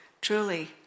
Truly